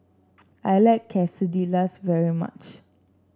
I like Quesadillas very much